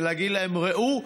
ולהגיד להם: ראו,